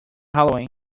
halloween